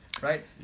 right